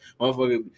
motherfucker